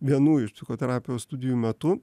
vienų iš psichoterapijos studijų metu